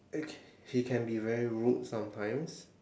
okay he can be very rude sometimes